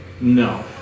No